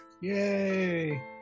yay